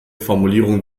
formulierungen